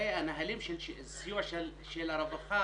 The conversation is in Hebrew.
הרי נוהלי הסיוע של הרווחה